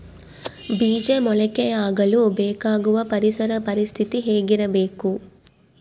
ಬೇಜ ಮೊಳಕೆಯಾಗಲು ಬೇಕಾಗುವ ಪರಿಸರ ಪರಿಸ್ಥಿತಿ ಹೇಗಿರಬೇಕು?